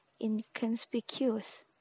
inconspicuous